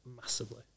massively